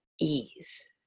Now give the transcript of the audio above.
ease